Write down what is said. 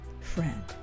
Friend